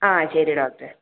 ആ ശരി ഡോക്ടറെ